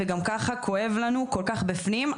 וגם ככה כואב לנו כל כך בפנים.